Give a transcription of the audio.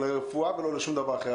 לרפואה ולא לשום דבר אחר.